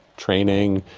training,